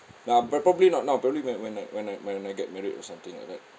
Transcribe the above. but I'm probably not now probably when when I when I when I get married or something like that